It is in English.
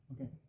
Okay